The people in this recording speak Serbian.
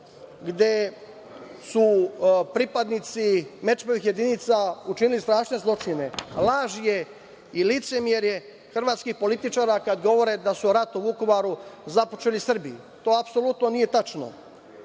gde su pripadnici Merčepovih jedinica činili strašne zločine. Laž je i licemerje je hrvatskih političara kada govore da su rat u Vukovaru započeli Srbi. To apsolutno nije tačno.